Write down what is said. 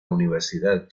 universidad